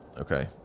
Okay